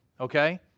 okay